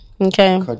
Okay